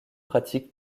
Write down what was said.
pratique